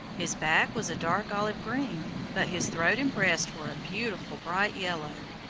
his back was a dark olive-green, but his throat and breast were a beautiful bright yellow.